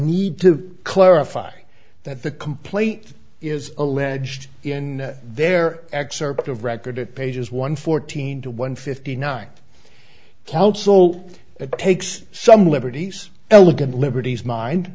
need to clarify that the complaint is alleged in their excerpt of record at pages one fourteen to one fifty nine counts all it takes some liberties elegant liberties mind